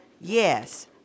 yes